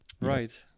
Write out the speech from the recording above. Right